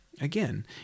again